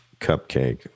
cupcake